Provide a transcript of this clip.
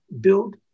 build